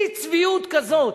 שיא צביעות כזאת.